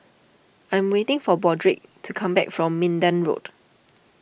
I am waiting for Broderick to come back from Minden Road